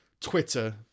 Twitter